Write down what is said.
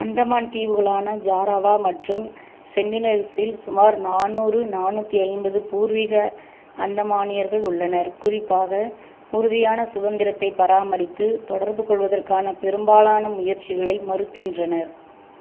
அந்தமான் தீவுகளான ஜாராவா மற்றும் சென்னிலெல்ஸில் சுமார் நானூறு நானூற்றி ஐம்பது பூர்வீக அந்தமானியர்கள் உள்ளனர் குறிப்பாக உறுதியான சுதந்திரத்தைப் பராமரித்து தொடர்பு கொள்வதற்கான பெரும்பாலான முயற்சிகளை மறுக்கின்றனர்